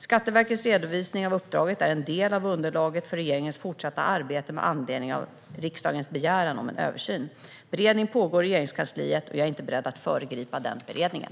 Skatteverkets redovisning av uppdraget är en del av underlaget för regeringens fortsatta arbete med anledning av riksdagens begäran om en översyn. Beredning pågår i Regeringskansliet, och jag är inte beredd att föregripa den beredningen.